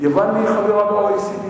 יוון חברה ב-OECD.